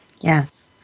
Yes